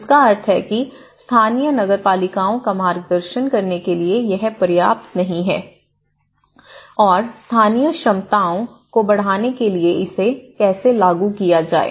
जिसका अर्थ है कि स्थानीय नगर पालिकाओं का मार्गदर्शन करने के लिए यह पर्याप्त नहीं है और स्थानीय क्षमताओं को बढ़ाने के लिए इसे कैसे लागू किया जाए